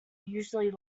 usually